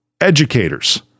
educators